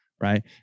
right